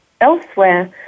elsewhere